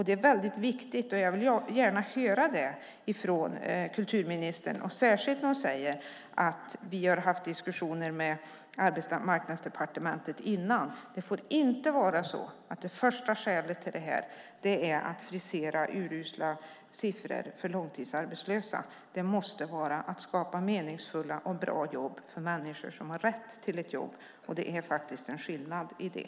Det är viktigt, och jag vill gärna höra det från kulturministern, särskilt när hon säger att hon har haft diskussioner med Arbetsmarknadsdepartementet. Det får inte vara så att det första skälet till detta är att frisera urusla siffror för långtidsarbetslösa. Det måste vara fråga om att skapa meningsfulla och bra jobb för människor som har rätt till ett jobb. Det är en skillnad i det.